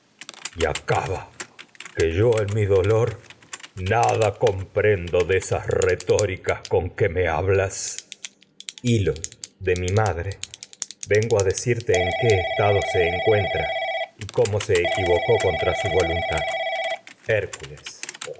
y acaba que yo que en mi dolor nada comprendo de retóricas con me hablas hil lo de tado se mi madre vengo a y decirte en qué su es vo encuentra cómo se equivocó contra luntad